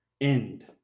end